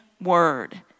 word